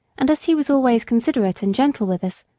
and as he was always considerate and gentle with us,